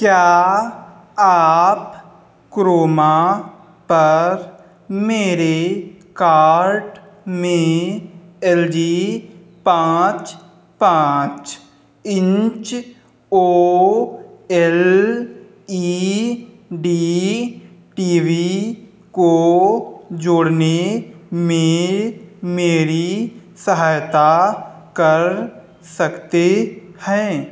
क्या आप क्रोमा पर मेरे कार्ट में एल जी पाँच पाँच inch O L E D TV को जोड़ने में मेरी सहायता कर सकते हैं